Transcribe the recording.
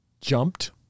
jumped